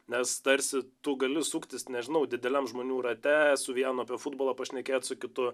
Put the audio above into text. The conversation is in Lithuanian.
nes tarsi tu gali suktis nežinau dideliam žmonių rate su vienu apie futbolą pašnekėt su kitu